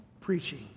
preaching